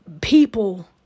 people